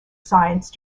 science